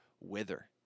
wither